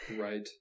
Right